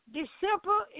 December